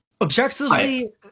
objectively